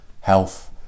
health